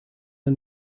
der